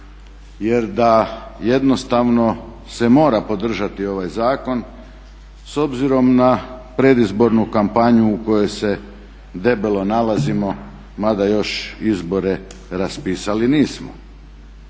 jer da jednostavno se mora podržati ovaj zakon s obzirom na predizbornu kampanju u kojoj se debelo nalazimo mada još izbore raspisali nismo.